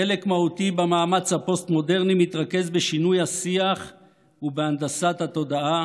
חלק מהותי במאמץ הפוסט-מודרני מתרכז בשינוי השיח ובהנדסת התודעה